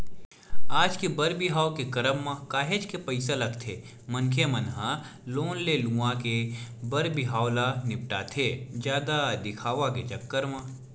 आज के बर बिहाव के करब म काहेच के पइसा लगथे मनखे मन ह लोन ले लुवा के बर बिहाव ल निपटाथे जादा दिखावा के चक्कर म